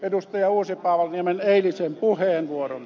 uusipaavalniemen eilisen puheenvuoron